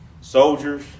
soldiers